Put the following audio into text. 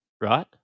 right